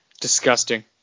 Disgusting